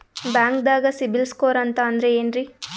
ಬ್ಯಾಂಕ್ದಾಗ CIBIL score ಅಂತ ಅಂದ್ರೆ ಏನ್ರೀ?